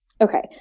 okay